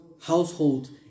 Household